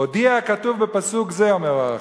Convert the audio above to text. והודיע הכתוב בפסוק זה, אומר ה"אור החיים",